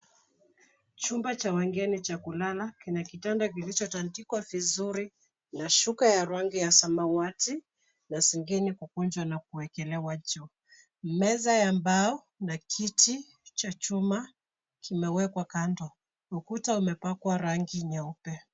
Chumba cha wageni cha kulala kina kitanda kilichotandikwa vizuri na shuka ya rangi ya samawati na zingine kukunjwa na kuwekelewa juu. Meza ya mbao na kiti cha chuma kimewekwa kando. Ukuta umepakwa rangi nyeupe.